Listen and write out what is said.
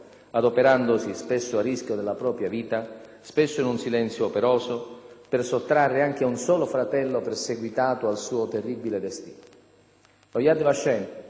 adoperandosi, spesso a rischio della propria vita, spesso in un silenzio operoso, per sottrarre anche un solo fratello perseguitato al suo terribile destino.